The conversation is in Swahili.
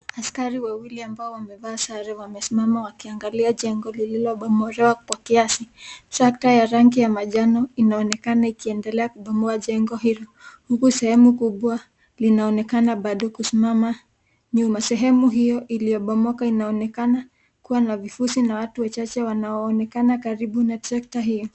Askari wawili ambao wamevaa sare wamesimama wakiangalia jengo lililobomora kwa kiasi. Trakta ya rangi ya manjano inaonekana ikiendelea kubomoa jengo hilo. Huku sehemu kubwa linaonekana bado kusimama nyuma. Sehemu hiyo iliyobomoka inaonekana kuwa na vifusi na watu wachache wanaoonekana karibu na trekta hiyo.